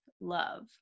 love